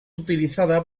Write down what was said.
utiliza